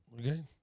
Okay